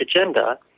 agenda